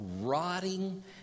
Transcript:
rotting